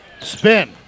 Spin